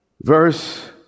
Verse